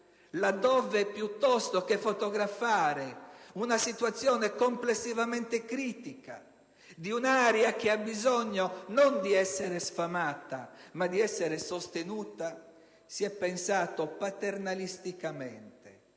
dove, piuttosto che fotografare una situazione complessivamente critica di un'area che ha bisogno non di essere sfamata, ma sostenuta, si è pensato paternalisticamente